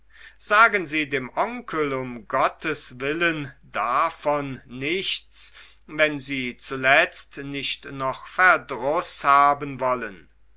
sagen sie dem onkel um gottes willen davon nichts wenn sie zuletzt nicht noch verdruß haben wollen